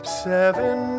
seven